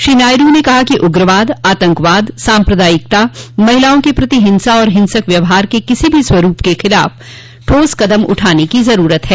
श्री नायडू ने कहा कि उग्रवाद आतंकवाद साम्प्रदायिकता महिलाओं के प्रति हिंसा आर हिंसक व्यवहार के किसी भी स्वरूप के खिलाफ ठोस कदम उठाने की जरूरत है